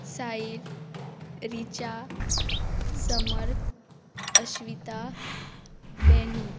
Sahil Richa Samarth Ashwita Benny